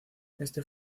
este